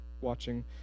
watching